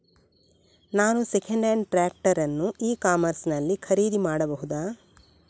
ನಾನು second hand tractor ಅನ್ನು e commerce ನಲ್ಲಿ ಖರೀದಿ ಮಾಡಬಹುದಾ?